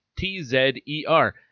T-Z-E-R